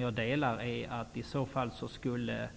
Jag delar motionärens uppfattning att